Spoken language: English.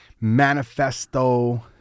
manifesto